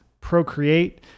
procreate